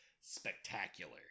spectacular